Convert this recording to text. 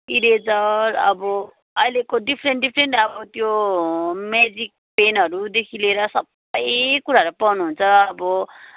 eraser अब अहिलेको different different अब त्यो मेजिक पेनहरूदेखि लिएर सबै कुराहरू पाउनुहुन्छ अब